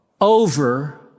over